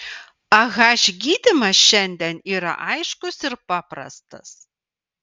ah gydymas šiandien yra aiškus ir paprastas